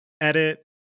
edit